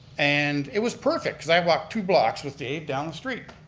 and it was perfect, cause i walked two blocks with the aid down the street.